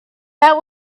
that